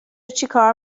چیکار